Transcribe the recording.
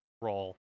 role